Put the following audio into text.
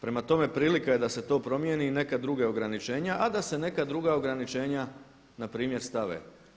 Prema tome, prilika je da se to promjeni i neka druga ograničenja a da se neka druga ograničenja npr. stave.